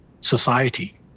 society